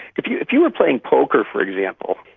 if you if you were playing poker, for example,